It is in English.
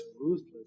ruthless